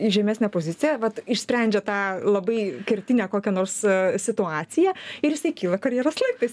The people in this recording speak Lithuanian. į žemesnę poziciją vat išsprendžia tą labai kertinę kokią nors situaciją ir jisai kyla karjeros laiptais